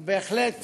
הוא בהחלט משתדל,